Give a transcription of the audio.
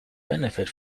benefit